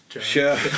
sure